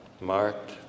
marked